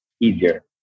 easier